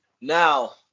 Now